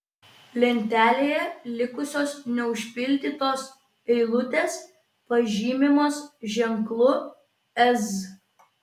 lentelėje likusios neužpildytos eilutės pažymimos ženklu z